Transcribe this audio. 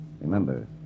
Remember